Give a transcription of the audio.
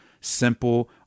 Simple